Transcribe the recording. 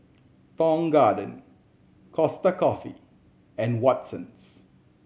Tong Garden Costa Coffee and Watsons